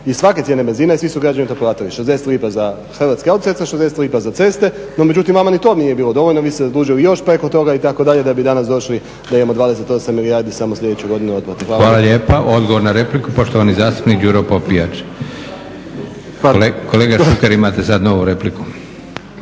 i svake cijene benzina i svi su građani to platili. 60 lipa za Hrvatske autoceste, 60 lipa za ceste no međutim vama ni to nije bilo dovoljno vi ste se zadužili još preko toga itd. da bi danas došli da imamo 28 milijardi samo sljedeće godine otplate. Hvala vam lijepa. **Leko, Josip (SDP)** Hvala lijepa. Odgovor na repliku poštovani zastupnik Đuro Popijač. Kolega Šuker imate sada novu repliku.